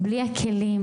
בלי הכלים,